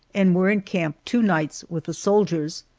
and were in camp two nights with the soldiers.